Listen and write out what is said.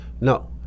no